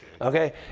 Okay